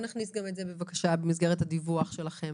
בואו נכניס גם את זה בבקשה במסגרת הדיווח שלכם